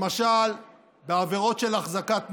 למשל בעבירות של החזקת נשק.